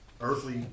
Earthly